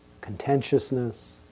contentiousness